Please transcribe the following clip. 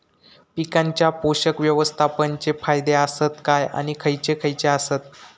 पीकांच्या पोषक व्यवस्थापन चे फायदे आसत काय आणि खैयचे खैयचे आसत?